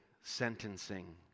sentencing